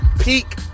peak